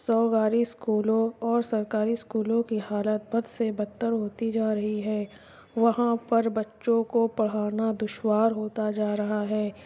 سوواری اسکولوں اور سرکاری اسکولوں کی حالت بد سے بدتر ہوتی جا رہی ہے وہاں پر بچوں کو پڑھانا دشوار ہوتا جا رہا ہے